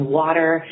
water